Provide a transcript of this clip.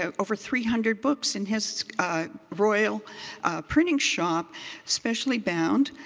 over three hundred books in his royal printing shop specially bound.